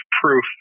proof